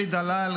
אלי דלל,